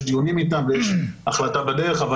יש דיונים איתם ויש החלטה בדרך אבל